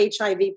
HIV